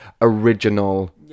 original